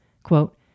Quote